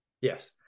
Yes